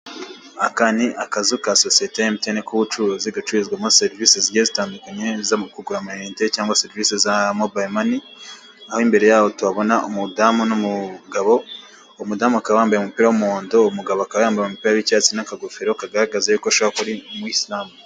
Aka ni akazu ka sosiyete ya emutiyeni gacururizwamo serivise zigiye zitandukanye zo mu kugura amayinite cyangwa serivise za mobayilo mani, aho imbere yaho tuhabona umudamu n'umugabo, umudamu akaba yambaye umupira w'umuhondo, umugabo akaba yambaye umupira w'icyatsi n'akagofero kagaragaza ko ashobora kuba ari umuyisilamu.